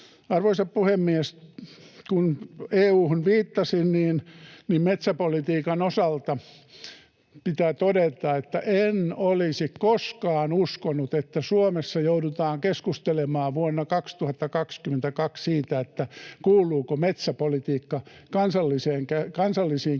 Arvoisa puhemies! Kun EU:hun viittasin, niin metsäpolitiikan osalta pitää todeta, että en olisi koskaan uskonut, että Suomessa joudutaan keskustelemaan vuonna 2022 siitä, kuuluuko metsäpolitiikka kansallisiin käsiin